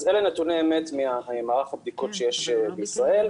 אלה נתוני אמת ממערך הבדיקות שיש בישראל.